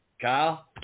Kyle